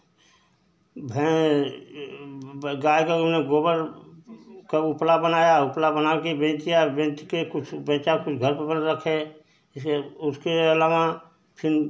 भैं गाय का हमने गोबर का उपला बनाया उपला बना कर बेच दिया बेच कर कुछ बेचा कुछ घर पर रखे ऐसे उसके अलावा फिर